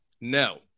No